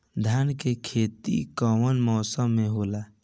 धान के खेती कवन मौसम में होला?